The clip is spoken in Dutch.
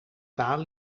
taal